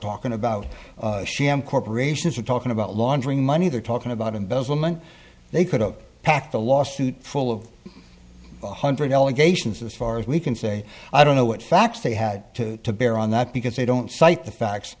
talking about c m corporations are talking about laundering money they're talking about embezzlement they could of packed the lawsuit full of a hundred allegations as far as we can say i don't know what facts they had to bear on that because they don't cite the facts